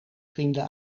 vrienden